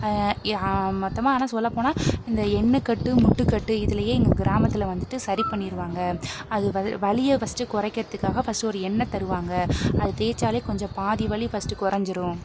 மொத்தமாக ஆனால் சொல்லப்போனால் இந்த எண்ணெக்கட்டு முட்டுக்கட்டு இதிலேயே எங்கள் கிராமத்தில் வந்துட்டு சரி பண்ணிருவாங்க அது வ வலியை ஃபர்ஸ்ட் குறைக்கிறதுக்காக ஃபர்ஸ்ட் ஒரு எண்ணெ தருவாங்க அதை தேய்ச்சாலே கொஞ்சம் பாதி வலி ஃபர்ஸ்ட் குறைஞ்சிரும்